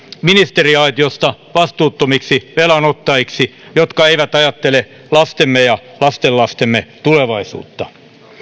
ministeriaitiosta vastuuttomiksi velanottajiksi jotka eivät ajattele lastemme ja lastenlastemme tulevaisuutta